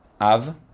Av